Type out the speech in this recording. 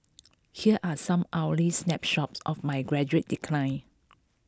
here are some hourly snapshots of my gradual decline